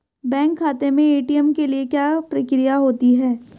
Bank खाते में ATM के लिए क्या प्रक्रिया होती है?